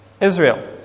Israel